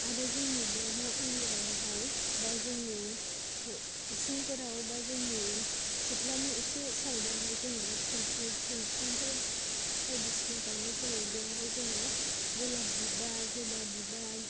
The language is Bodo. आरो जोंनि बे न' एरियाआवहाय बा जोंनि उसुंफोराव बा जोंनि सिथ्लानि एसे साइडआवहाय जोङो फुल फुल बिफांफोर बायदिसिना गायनाय जायो बेयावहाय जोङो गलाब बिबार जबा बिबार